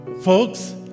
Folks